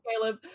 Caleb